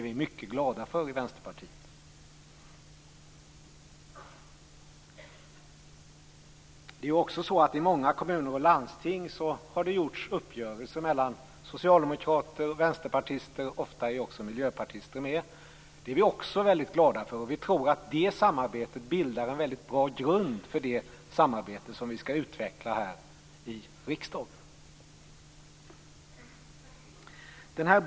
Vi är glada för det i Vänsterpartiet. I många kommuner och landsting finns det uppgörelser mellan socialdemokrater, vänsterpartister och ofta miljöpartister. Det är vi också glada för. Vi tror att det samarbetet bildar en bra grund för det samarbete som skall utvecklas i riksdagen.